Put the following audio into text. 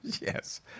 Yes